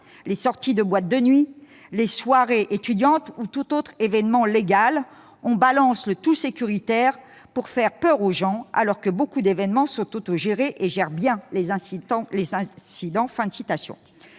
les sorties de boîte de nuit, les soirées étudiantes ou tout autre événement légal. [...] On balance le tout-sécuritaire pour faire peur aux gens, alors que beaucoup d'événements sont autogérés et gèrent bien les incidents.